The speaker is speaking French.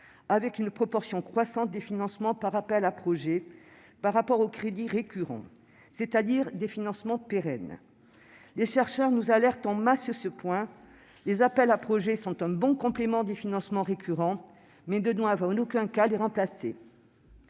avec une proportion croissante des financements par appels à projets, par rapport aux crédits récurrents, c'est-à-dire les financements pérennes. Les chercheurs nous alertent en masse sur ce point : les appels à projets sont un bon complément des financements récurrents, mais ne doivent en aucun cas les remplacer.